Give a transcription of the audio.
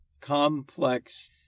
complex